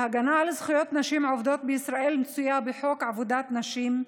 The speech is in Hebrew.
ההגנה על זכויות נשים עובדות בישראל מצויה בחוק עבודת נשים,